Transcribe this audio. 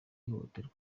ihohoterwa